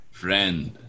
friend